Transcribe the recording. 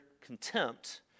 contempt